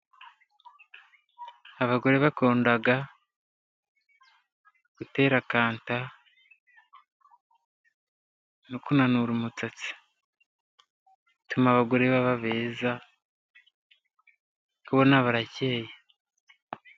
Abagore bakunda gutera kanta, no kunanura umusatsi, utuma abagore baba beza ukabona barakeye.